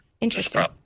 Interesting